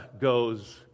goes